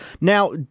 Now